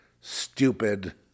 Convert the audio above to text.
stupid